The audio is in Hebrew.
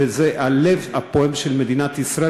וזה הלב הפועם של מדינת ישראל.